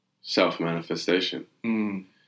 self-manifestation